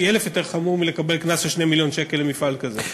פי-אלף מלקבל קנס של 2 מיליון שקל למפעל כזה.